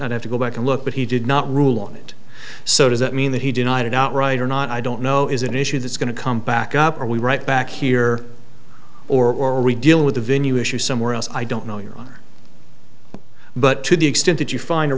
and have to go back and look but he did not rule on it so does that mean that he denied it outright or not i don't know is an issue that's going to come back up are we right back here or redeal with the venue issue somewhere else i don't know your honor but to the extent that you find a